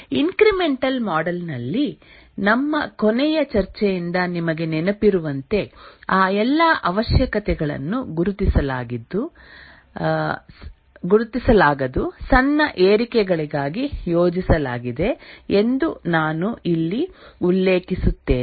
incremental model ನಲ್ಲಿ ನಮ್ಮ ಕೊನೆಯ ಚರ್ಚೆಯಿಂದ ನಿಮಗೆ ನೆನಪಿರುವಂತೆ ಆ ಎಲ್ಲ ಅವಶ್ಯಕತೆಗಳನ್ನು ಗುರುತಿಸಲಾಗದು ಸಣ್ಣ ಏರಿಕೆಗಳಾಗಿ ಯೋಜಿಸಲಾಗಿದೆ ಎಂದು ನಾನು ಇಲ್ಲಿ ಉಲ್ಲೇಖಿಸುತ್ತೇನೆ